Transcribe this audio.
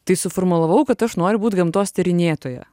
tai suformulavau kad aš noriu būt gamtos tyrinėtoja